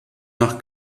nach